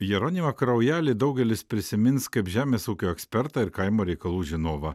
jeronimą kraujelį daugelis prisimins kaip žemės ūkio ekspertą ir kaimo reikalų žinovą